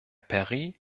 perry